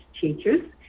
teachers